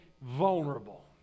vulnerable